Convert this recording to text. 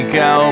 go